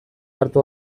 hartu